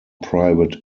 private